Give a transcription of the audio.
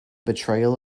betrayal